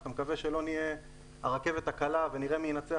שאתה מקווה שלא נהיה הרכבת הקלה ונראה מי ינצח,